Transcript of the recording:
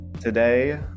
Today